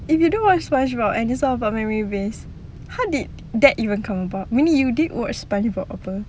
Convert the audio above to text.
if you don't watch spongebob and it's all memory based then how did it came about that means you did watch spongebob